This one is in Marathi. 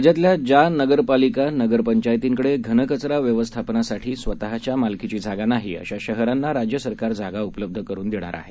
राज्यातल्याज्यानगरपालिका नगरपंचायतीकडेघनकचराव्यवस्थापनासाठीस्वतःच्यामालकीचीजागानाही अशाशहरांनाराज्यसरकारजागाउपलब्धकरुनदेणारआहे